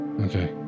Okay